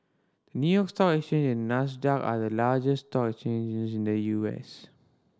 New York Stock Exchange and Nasdaq are the largest stock exchanges in the U S